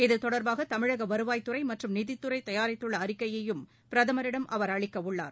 இது தொடர்பாக தமிழக வருவாய்த்துறை மற்றும் நிதித்துறை தயாரித்துள்ள அறிக்கையையும் பிரதமரிடம் அவர் அளிக்க உள்ளார்